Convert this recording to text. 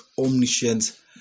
omniscient